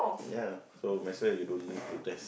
ya so might as well you don't need to dress